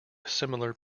similar